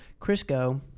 Crisco